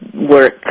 Work